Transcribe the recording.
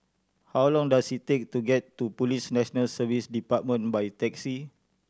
how long does it take to get to Police National Service Department by taxi